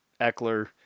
Eckler